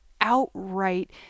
outright